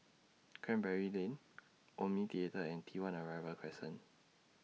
Canberra Lane Omni Theatre and T one Arrival Crescent